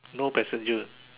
no passenger